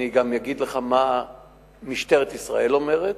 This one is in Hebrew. אני גם אגיד לך מה משטרת ישראל אומרת,